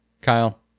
kyle